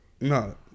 No